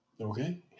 okay